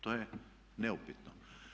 To je neupitno.